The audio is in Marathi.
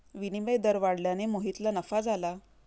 विनिमय दर वाढल्याने मोहितला नफा झाला